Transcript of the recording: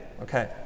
Okay